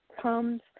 comes